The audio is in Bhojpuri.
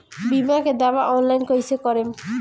बीमा के दावा ऑनलाइन कैसे करेम?